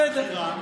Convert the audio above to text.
זו דעתנו.